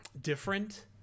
different